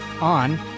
on